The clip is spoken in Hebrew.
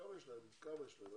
כמה יש להם?